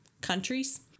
countries